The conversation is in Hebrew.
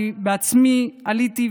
אני עצמי עליתי,